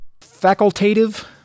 Facultative